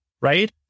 right